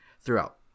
throughout